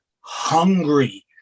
hungry